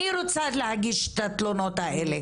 אני רוצה להגיש את התלונות האלה.